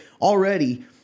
already